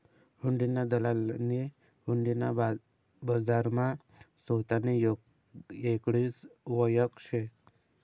हुंडीना दलालनी हुंडी ना बजारमा सोतानी येगळीच वयख शे